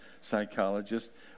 psychologists